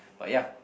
but ya